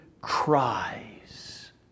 cries